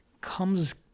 Comes